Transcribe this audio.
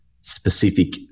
specific